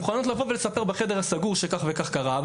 אבל מוכנות לספר בחדר סגור מה קרה,